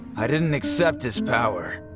i didn't accept his power,